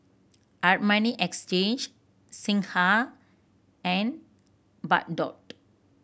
Armani Exchange Singha and Bardot